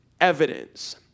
evidence